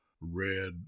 red